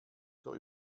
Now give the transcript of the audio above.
zur